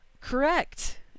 correct